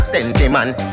Sentiment